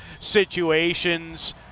situations